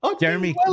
Jeremy